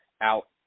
out